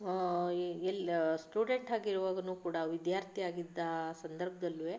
A ಎಲ್ಲಿ student ಆಗಿ ಇರುವಾಗಲೂ ಕೂಡ ವಿದ್ಯಾರ್ಥಿಯಾಗಿದ್ದ ಸಂದರ್ಭದಲ್ಲೂ